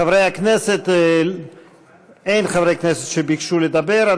חברי הכנסת, אין חברי כנסת שביקשו לדבר.